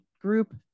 group